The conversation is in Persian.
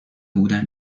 بودن